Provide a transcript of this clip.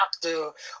doctor